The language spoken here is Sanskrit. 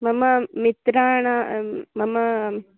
मम मित्राणि मम